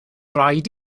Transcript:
rhaid